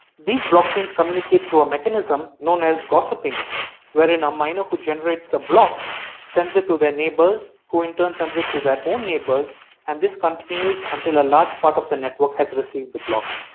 these blockchains communicate through a mechanism known as gossiping wherein a miner who generates a block sends it to their neighbors who in turn sends it to their own neighbors and this continues until a large part of the network has received the block.